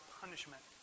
punishment